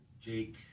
Jake